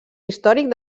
històric